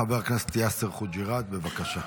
חבר הכנסת יאסר חוג'יראת, בבקשה.